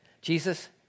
Jesus